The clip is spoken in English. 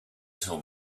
tell